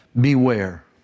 Beware